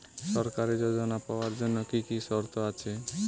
সরকারী যোজনা পাওয়ার জন্য কি কি শর্ত আছে?